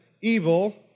evil